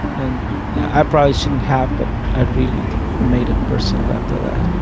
and i probably shouldn't have, but i really made it personal after that.